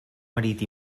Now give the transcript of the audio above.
marit